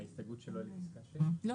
ההסתייגות שלו לפסקה (6)?